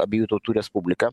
abiejų tautų respubliką